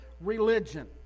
religion